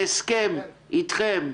בהסכם איתכם,